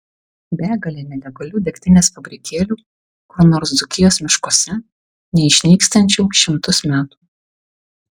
begalė nelegalių degtinės fabrikėlių kur nors dzūkijos miškuose neišnykstančių šimtus metų